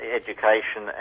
education